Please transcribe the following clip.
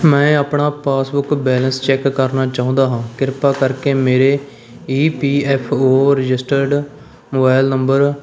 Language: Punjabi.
ਮੈਂ ਆਪਣਾ ਪਾਸਬੁੱਕ ਬੈਲੰਸ ਚੈੱਕ ਕਰਨਾ ਚਾਹੁੰਦਾ ਹਾਂ ਕਿਰਪਾ ਕਰਕੇ ਮੇਰੇ E P F O registered mobile number